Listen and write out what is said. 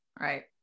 right